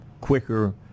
quicker